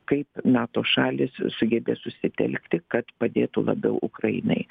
kaip nato šalys sugebės susitelkti kad padėtų labiau ukrainai